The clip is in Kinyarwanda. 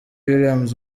williams